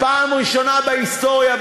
פעם ראשונה בהיסטוריה,